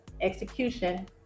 execution